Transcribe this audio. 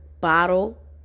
bottle